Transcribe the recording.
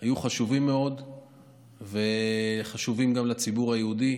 היו חשובים מאוד וחשובים גם לציבור היהודי.